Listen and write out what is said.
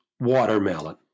watermelon